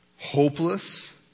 Hopeless